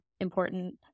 important